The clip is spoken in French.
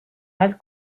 mal